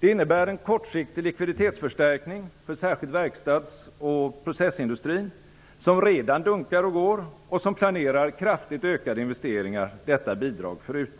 Det innebär en kortsiktig likviditetsförstärkning för särskilt verkstads och processindustrin, som redan dunkar och går och som planerar kraftigt ökande investeringar detta bidrag förutan.